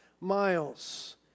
miles